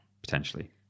potentially